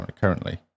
currently